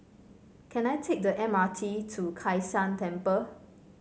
can I take the M R T to Kai San Temple